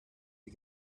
you